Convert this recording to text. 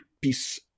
peace